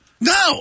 No